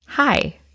Hi